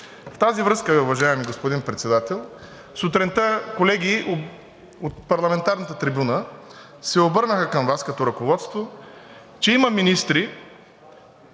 В тази връзка, уважаеми господин Председател, сутринта колеги от парламентарната трибуна се обърнаха към Вас като ръководство, че има министри,